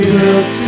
look